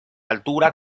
altura